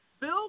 Bill